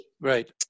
Right